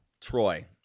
Troy